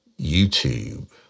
YouTube